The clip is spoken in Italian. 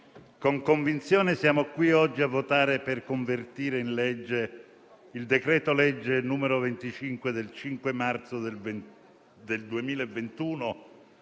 con convinzione siamo qui oggi a votare per convertire in legge il decreto-legge n. 25 del 5 marzo del 2021